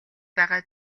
байгаа